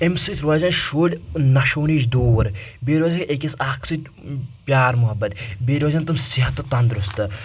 اَمہِ سۭتۍ روزن شُرۍ نشَو نِش دوٗر بیٚیہِ روزِ أکِس اکھ سۭتۍ پیار محبت بییٚہِ روزن تِم صحت تہٕ تنٛدرُستہٕ